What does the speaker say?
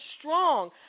strong